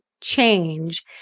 change